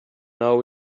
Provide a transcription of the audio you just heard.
now